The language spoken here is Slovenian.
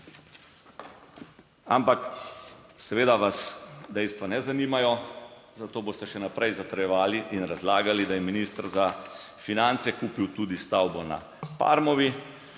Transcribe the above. Ampak seveda vas dejstva ne zanimajo, zato boste še naprej zatrjevali in razlagali, da je minister za finance kupil tudi stavbo na Parmovi,